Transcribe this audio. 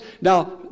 Now